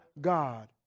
God